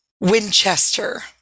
Winchester